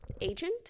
agent